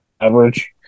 average